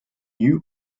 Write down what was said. new